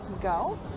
go